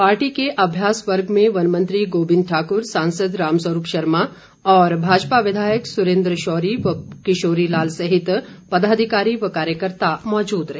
party के अभ्यास वर्ग में वनमंत्री गोविंद ठाकुर सांसद रामस्वरूप शर्मा और भाजपा विधायक सुरेन्द्र शौरी व किशोरी लाल सहित पदाधिकारी व कार्यकर्ता मौजूद रहे